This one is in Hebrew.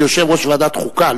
כיושב-ראש ועדת חוקה,